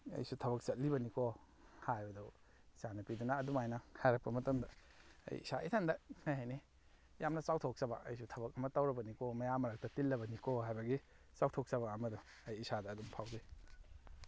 ꯑꯩꯁꯨ ꯊꯕꯛ ꯆꯠꯂꯤꯕꯅꯤꯀꯣ ꯍꯥꯏꯕꯗꯨ ꯏꯆꯥ ꯅꯨꯄꯤꯗꯨꯅ ꯑꯗꯨꯃꯥꯏꯅ ꯍꯥꯏꯔꯛꯄ ꯃꯇꯝꯗ ꯑꯩ ꯏꯁꯥ ꯏꯊꯟꯗ ꯀꯔꯤ ꯍꯥꯏꯅꯤ ꯌꯥꯝꯅ ꯆꯥꯎꯊꯣꯛꯆꯕ ꯑꯩꯁꯨ ꯊꯕꯛ ꯑꯃ ꯇꯧꯔꯕꯅꯤꯀꯣ ꯃꯌꯥꯝ ꯃꯔꯛꯇ ꯇꯤꯜꯂꯕꯅꯤꯀꯣ ꯍꯥꯏꯕꯒꯤ ꯆꯥꯎꯊꯣꯛꯆꯕ ꯑꯃꯗꯣ ꯑꯩ ꯏꯁꯥꯗ ꯑꯗꯨꯝ ꯐꯥꯎꯖꯩ